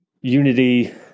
Unity